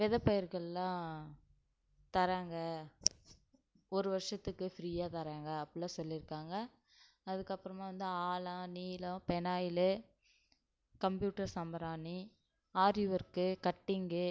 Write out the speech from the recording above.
வெதை பயிர்களெலாம் தராங்க ஒரு வருஷத்துக்கு ஃப்ரீயாக தராங்க அப்டில்லாம் சொல்லியிருக்காங்க அதுக்கப்புறமா வந்து ஆலா நீலம் பெனாயிலு கம்ப்யூட்டர் சாம்பிராணி ஆரி ஒர்க்கு கட்டிங்கு